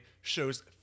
shows